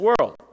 world